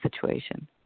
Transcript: situation